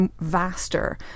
vaster